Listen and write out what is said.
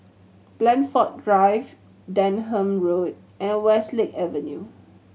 Blandford Drive Denham Road and Westlake Avenue